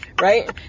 Right